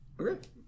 Okay